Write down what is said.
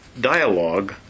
dialogue